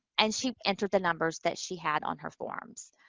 and she entered the numbers that she had on her forms.